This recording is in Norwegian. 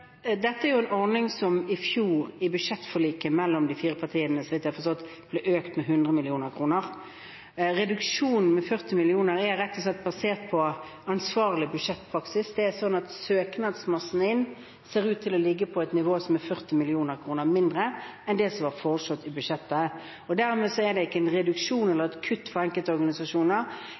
Dette er en ordning som i budsjettforliket mellom de fire partiene i fjor, så vidt jeg har forstått, ble økt med 100 mill. kr. Reduksjonen på 40 mill. kr er basert på ansvarlig budsjettpraksis. Søknadsmassen ser ut til å ligge på et nivå som er 40 mill. kr mindre enn det som var foreslått i budsjettet. Dermed er det ikke en reduksjon eller et kutt for enkelte organisasjoner,